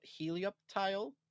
Helioptile